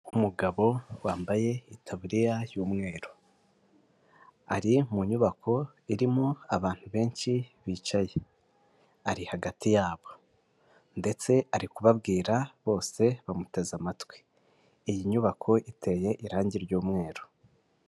Umugabo wambaye itaburiya y'umweru, ari mu nyubako irimo abantu benshi bicaye, ari hagati yabo ndetse ari kubabwira bose bamuteze amatwi, iyi nyubako iteye irangi ry'umweru.